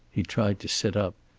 he tried to sit up.